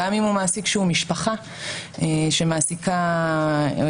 גם אם הוא מעסיק שהוא משפחה שמעסיקה עובד,